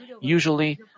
usually